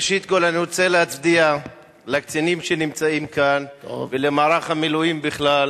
ראשית אני רוצה להצדיע לקצינים שנמצאים כאן ולמערך המילואים בכלל.